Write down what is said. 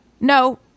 no